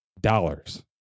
dollars